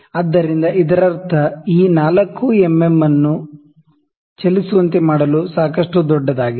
ಆದ್ದರಿಂದ ಇದರರ್ಥ ಈ 4 ಎಂಎಂ ಅದನ್ನು ಚಲಿಸುವಂತೆ ಮಾಡಲು ಸಾಕಷ್ಟು ದೊಡ್ಡದಾಗಿದೆ